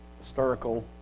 historical